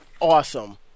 awesome